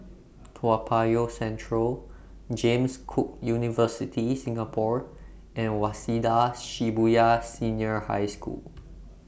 Toa Payoh Central James Cook University Singapore and Waseda Shibuya Senior High School